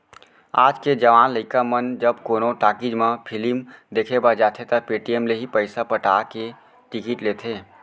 आज के जवान लइका मन जब कोनो टाकिज म फिलिम देखे बर जाथें त पेटीएम ले ही पइसा पटा के टिकिट लेथें